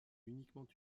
uniquement